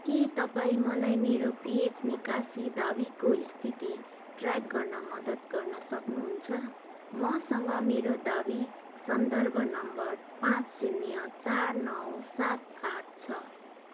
के तपाईँ मलाई मेरो पिएफ निकासी दावीको स्थिति ट्र्याक गर्न मद्दत गर्न सक्नुहुन्छ मसँग मेरो दावी सन्दर्भ नम्बर पाँच शून्य चार नौ सात आठ छ